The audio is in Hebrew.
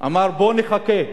אמר: בוא נחכה.